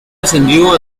ascendió